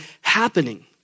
happening